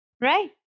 Right